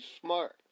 smart